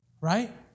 Right